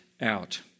out